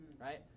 right